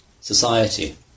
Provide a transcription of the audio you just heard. society